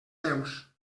seus